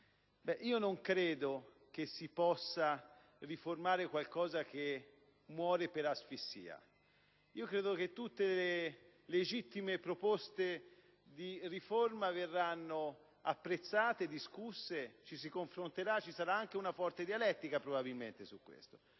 Non credo che si possa riformare qualcosa che muore per asfissia. Credo che tutte le legittime proposte di riforma verranno apprezzate e discusse, ci si confronterà e probabilmente ci sarà anche una forte dialettica su questo